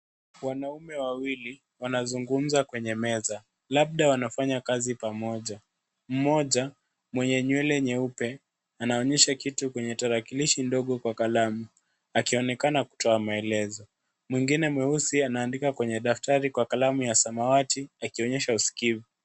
Wanaume wawili wanazungumza kwenye meza, labda wanafanya kazi pamoja. Mmoja mwenye nywele nyeupe, anaonyesha kitu kwenye tarakilishi ndogo kwa kalamu, akionekana kutoa maelezo. Mwingine mweusi anaandika kwenye daftari kwa kalamu ya samawati akionyesha usikivu.